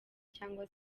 cyangwa